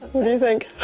what do you think?